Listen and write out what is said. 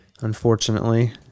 unfortunately